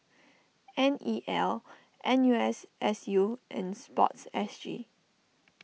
N E L N U S S U and Sports S G